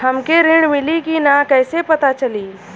हमके ऋण मिली कि ना कैसे पता चली?